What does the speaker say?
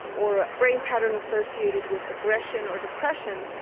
or a brain pattern associated with aggression or depression.